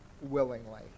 willingly